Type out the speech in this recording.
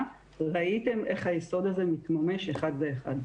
ראיתם איך היסוד הזה מתממש אחד לאחד.